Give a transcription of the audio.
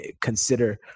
consider